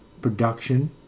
production